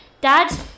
Dad